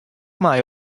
mei